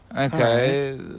Okay